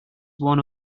one